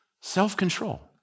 self-control